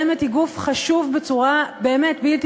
חוק הביטוח הלאומי עדיין מפלה בצורה לא מבוטלת